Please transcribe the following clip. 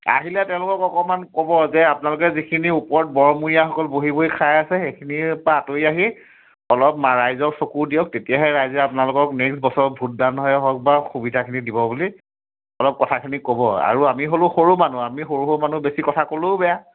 আহিলে তেওঁলোকক অকমান ক'ব যে আপোনালোকে যিখিনিৰ ওপৰত বৰমূৰীয়াসকল বহি বহি খাই আছে সেইখিনিৰপৰা আঁতৰি আহি অলপ মা ৰাইজক চকু দিয়ক তেতিয়াহে ৰাইজে আপোনালোকক নেক্সট বছৰ ভোটদান হয়ে হওক বা সুবিধাখিনি দিব বুলি অলপ কথাখিনি ক'ব আৰু আমি হ'লোঁ সৰু মানুহ আমি সৰু সৰু মানুহ বেছি কথা ক'লেও বেয়া